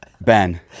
Ben